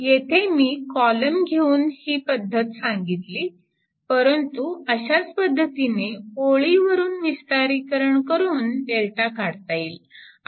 येथे मी कॉलम घेऊन ही पद्धत सांगितली परंतु अशाच पद्धतीने ओळीवरून विस्तारीकरण करून Δ काढता येईल